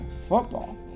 football